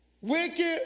wicked